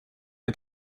est